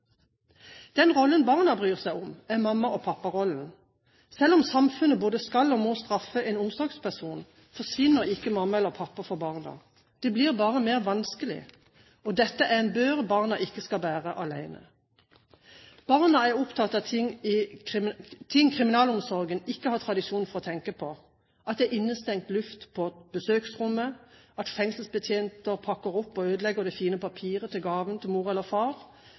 Den rollen barna bryr seg om, er mamma- og papparollen. Selv om samfunnet både skal og må straffe en omsorgsperson, forsvinner ikke mamma eller pappa for barna. Det blir bare mer vanskelig. Dette er en bør barna ikke skal bære alene. Barna er opptatt av ting kriminalomsorgen ikke har tradisjon for å tenke på: at det er innestengt luft på besøksrommet, at fengselsbetjenter pakker opp og ødelegger det fine papiret på gaven til mor eller far,